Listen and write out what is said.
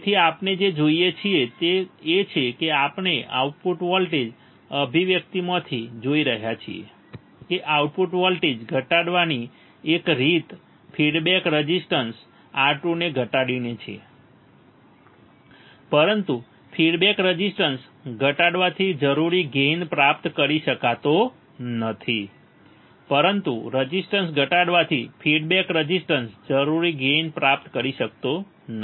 તેથી આપણે જે જોઈએ છીએ તે એ છે કે આપણે આઉટપુટ વોલ્ટેજ અભિવ્યક્તિમાંથી જોઈ રહ્યા છીએ કે આઉટપુટ વોલ્ટેજ ઘટાડવાની એક રીત ફીડબેક રેઝિસ્ટન્સ R2 ને ઘટાડીને છે પરંતુ ફીડબેક રેઝિસ્ટન્સ ઘટાડવાથી જરૂરી ગેઇન પ્રાપ્ત કરી શકાતો નથી પરંતુ રેઝિસ્ટન્સ ઘટાડવાથી ફીડબેક રેઝિસ્ટન્સ જરૂરી ગેઇન પ્રાપ્ત કરી શકાતો નથી બરાબર